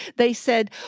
they said,